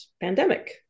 pandemic